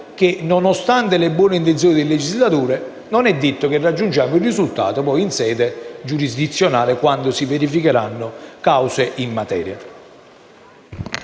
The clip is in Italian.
che, nonostante le buone intenzioni del legislatore, non è detto che raggiungiamo il risultato in sede giurisdizionale quando si verificheranno cause in materia.